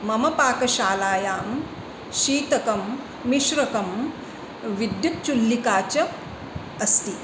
मम पाकशालायां शीतकं मिश्रकं विद्युच्चुल्लिका च अस्ति